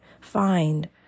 find